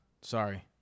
Sorry